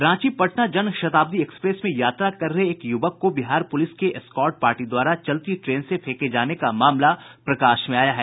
Ranchi Patna Janshatabdi express में यात्रा कर रहे एक युवक को बिहार पुलिस के एस्कॉर्ट पार्टी द्वारा चलती ट्रेन से फेंके जाने का मामला प्रकाश में आया है